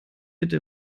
bitte